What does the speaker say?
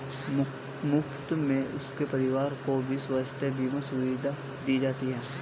मुफ्त में उनके परिवार को भी स्वास्थ्य बीमा सुविधा दी जाती है